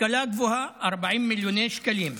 השכלה גבוהה, 40 מיליוני שקלים.